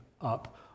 up